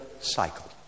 cycle